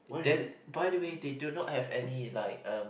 there the by the way they do not have any like um